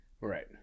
Right